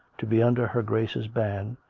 to be under her grace's ban,